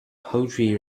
poultry